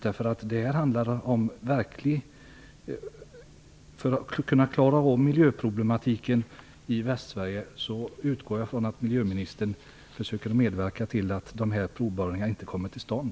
Jag utgår från att miljöministern, för att vi skall kunna klara av miljöproblemen i Västsverige, försöker medverka till att dessa provborrningar inte kommer till stånd.